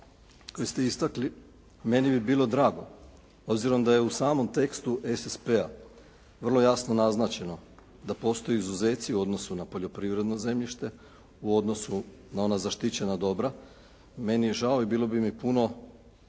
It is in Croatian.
koje ste istakli meni bi bilo drago obzirom da je u samom tekstu SSP-a vrlo jasno naznačeno da postoje izuzeci u odnosu na poljoprivredno zemljište, u odnosu na ona zaštićena dobra, meni je žao i bilo bi mi puno,